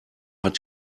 hat